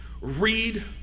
read